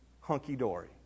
hunky-dory